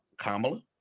Kamala